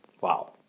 Wow